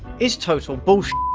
is total bulls-t.